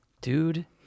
Dude